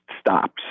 stops